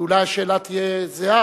כי אולי השאלה תהיה זהה.